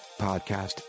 podcast